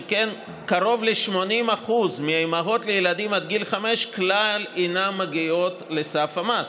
שכן קרוב ל-80% מהאימהות לילדים עד גיל חמש כלל אינן מגיעות לסף המס.